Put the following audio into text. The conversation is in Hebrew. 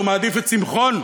הוא מעדיף את שמחון.